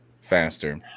faster